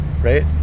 right